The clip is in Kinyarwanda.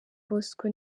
bosco